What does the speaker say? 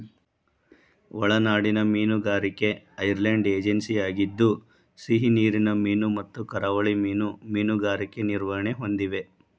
ಒಳನಾಡಿನ ಮೀನುಗಾರಿಕೆ ಐರ್ಲೆಂಡ್ ಏಜೆನ್ಸಿಯಾಗಿದ್ದು ಸಿಹಿನೀರಿನ ಮೀನು ಮತ್ತು ಕರಾವಳಿ ಮೀನು ಮೀನುಗಾರಿಕೆ ನಿರ್ವಹಣೆ ಹೊಂದಿವೆ